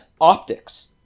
optics